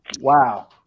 Wow